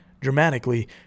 Dramatically